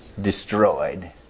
destroyed